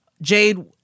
Jade